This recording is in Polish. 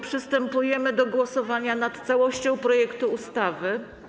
Przystępujemy do głosowania nad całością projektu ustawy.